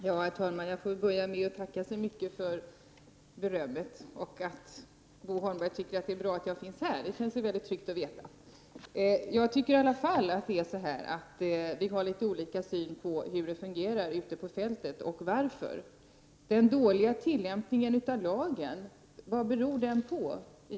Herr talman! Jag får börja med att tacka så mycket för berömmet och för att Bo Holmberg tycker att det är bra att jag finns här. Det känns mycket tryggt att veta. Vi har i alla fall litet olika syn på hur det fungerar ute på fältet och varför. Vad beror den dåliga tillämpningen av lagen egentligen på?